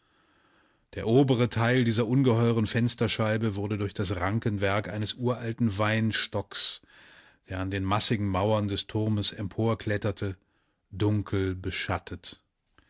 der obre teil dieser ungeheuren fensterscheibe wurde durch das rankenwerk eines uralten weinstocks der an den massigen mauern des turmes emporkletterte dunkel beschattet